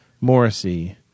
Morrissey